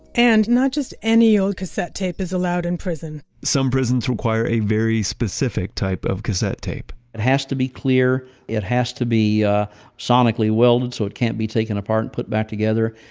and not just any old cassette tape is allowed in prison some prisons require a very specific type of cassette tape it has to be clear. it has to be ah sonically welded so it can't be taken apart and put back together,